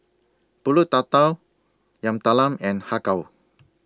Pulut Tatal Yam Talam and Har Kow